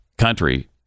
country